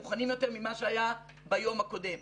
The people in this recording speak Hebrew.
מוכנים יותר ממה שהיה ביום הקודם.